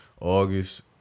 August